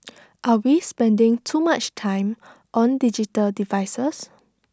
are we spending too much time on digital devices